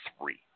three